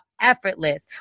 effortless